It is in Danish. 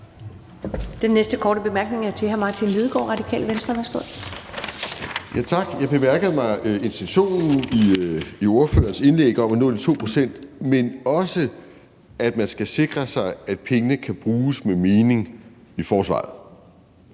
Den næste korte bemærkning er fra hr. Martin Lidegaard, Radikale Venstre. Værsgo. Kl. 13:28 Martin Lidegaard (RV): Tak. Jeg noterer mig intentionen i ordførerens indlæg om at nå de 2 pct., men også, at man skal sikre sig, at pengene kan bruges med mening i forsvaret.